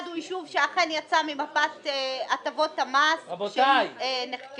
הוא יישוב שאכן יצא ממפת הטבות המס שנחקקה